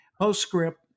post-script